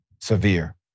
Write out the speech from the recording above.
severe